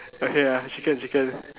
okay lah chicken chicken